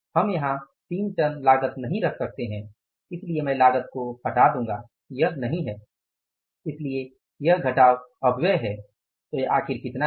हम यहां 3 टन लागत नहीं रख सकते हैं इसलिए मैं लागत को हटा दूंगा यह नहीं है इसलिए यह घटाव अपव्यय है तो यह आखिर कितना है